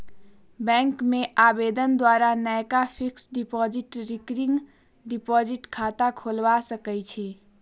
bank में आवेदन द्वारा नयका फिक्स्ड डिपॉजिट, रिकरिंग डिपॉजिट खता खोलबा सकइ छी